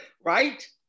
Right